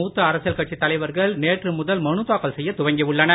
மூத்த அரசியல் கட்சித் தலைவர்கள் நேற்று முதல் மனு தாக்கல் செய்ய துவங்கி உள்ளனர்